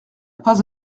pas